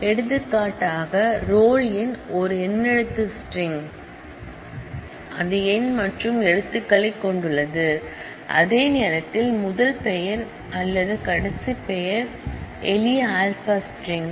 எடுத்துக்காட்டாக ரோல் எண் ஒரு நம்பர் ஸ்ட்ரிங் அது நம்பர் மற்றும் எழுத்துக்களைக் கொண்டுள்ளது அதே நேரத்தில் முதல் பெயர் அல்லது கடைசி பெயர் எளிய ஆல்பா ஸ்ட்ரிங்